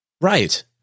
Right